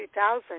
2000